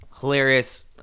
Hilarious